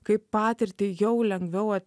kai patirtį jau lengviau